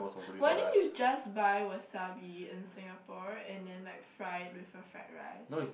why don't you just buy wasabi in Singapore and then like fry it with a fried rice